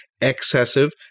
excessive